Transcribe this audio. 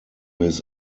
his